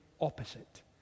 opposite